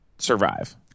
survive